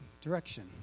direction